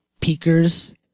peakers